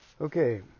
Okay